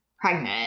pregnant